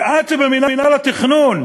ועד שבמינהל התכנון,